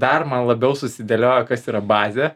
dar man labiau susidėliojo kas yra bazė